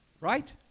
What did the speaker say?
Right